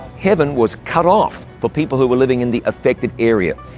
heaven was cut off for people who were living in the affected area.